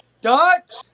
Dutch